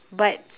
but